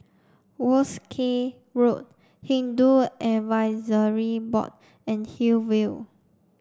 Wolskel Road Hindu Advisory Board and Hillview